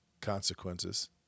consequences